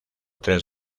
tres